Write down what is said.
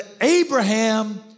Abraham